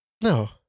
No